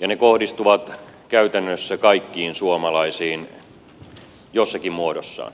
ja ne kohdistuvat käytännössä kaikkiin suomalaisiin jossakin muodossaan